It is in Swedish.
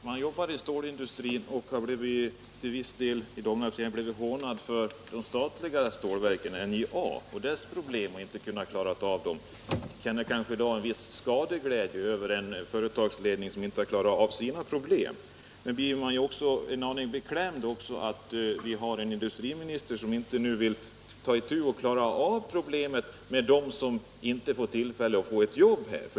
Herr talman! Om man jobbar i stålindustrin, i Domnarvets Jernverk, Tisdagen den och i viss utsträckning har blivit hånad för att den statliga stålindustrin, — g februari 1977 NJA, inte kunnat klara sina problem —- människor känner kanske en —— viss skadeglädje för att företagsledningen där inte kunnat klara av sina Om åtgärder för att problem — blir man också en aning beklämd för att vi har en industri — säkra sysselsättminister som inte vill ta itu med och försöka klara av problemen för = ningen inom dem som inte får tillfälle att få jobb.